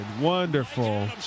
Wonderful